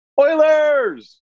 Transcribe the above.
Oilers